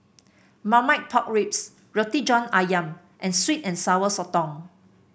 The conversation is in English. Marmite Pork Ribs Roti John ayam and sweet and Sour Sotong